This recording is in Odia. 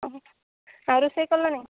ଆଉ ରୋଷେଇ କଲଣି